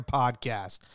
podcast